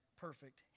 perfect